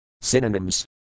Synonyms